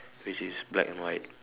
which is black and white